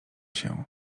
się